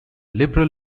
liberal